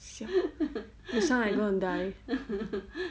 siao you sound like you going to die